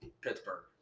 Pittsburgh